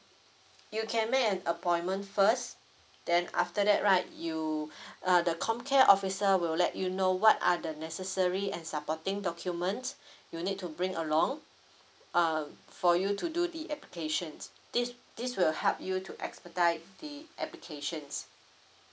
you can make an appointment first then after that right you uh the comcare officer will let you know what are the necessary and supporting documents you need to bring along uh for you to do the application this this will help you to expedite the application